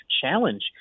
challenge